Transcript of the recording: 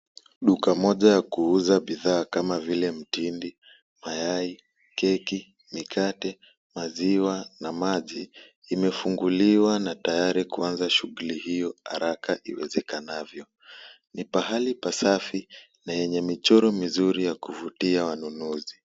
Duka moja ya kuuza bidhaa kadhaa kama vile mtindi, mayai, keki, mikate, maziwa na maji, imefunguliwa na tayari kuanza shughuli hiyo haraka iwezekanavyo. Ni pahali pasafi na yenye michoro mizuri ya kuvutia wanunuzi.